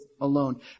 alone